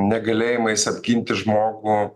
negalėjimais apginti žmogų